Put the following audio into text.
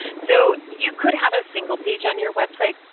so you could have a single page on your website,